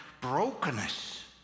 brokenness